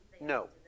No